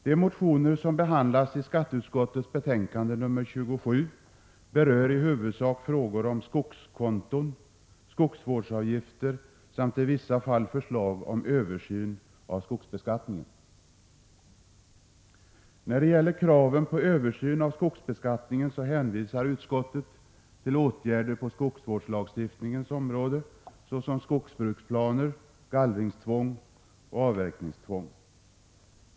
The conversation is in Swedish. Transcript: De motioner som behandlas i skatteutskottets betänkande nr 27 berör i huvudsak skogskonton och skogsvårdsavgifter samt innehåller i vissa fall förslag om översyn av skogsbeskattningen. När det gäller kraven på översyn av skogsbeskattningen hänvisar utskottet till åtgärder på skogsvårdslagstiftningens område, såsom skogsbruksplaner, gallringstvång och avverkningstvång.